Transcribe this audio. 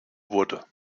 wurde